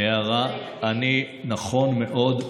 נכון מאוד.